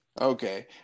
Okay